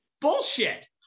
bullshit